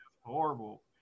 horrible